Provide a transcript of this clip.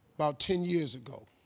about ten years ago.